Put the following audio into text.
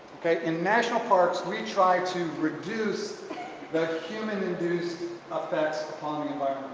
okay in national parks we try to reduce the human-induced effects on and